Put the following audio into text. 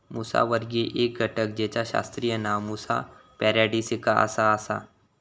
मुसावर्गीय एक घटक जेचा शास्त्रीय नाव मुसा पॅराडिसिका असा आसा